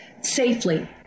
Safely